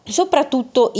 soprattutto